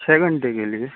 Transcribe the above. چھ گھنٹے کے لیے